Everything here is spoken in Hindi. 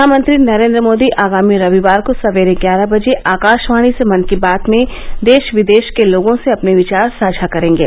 प्रधानमंत्री नरेन्द्र मोदी आगामी रविवार को सवेरे ग्यारह बजे आकाशवाणी से मन की बात में देश विदेश के लोगों से अपने विचार साझा करेंगे